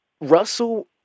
Russell